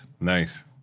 Nice